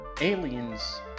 Aliens